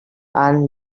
and